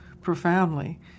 profoundly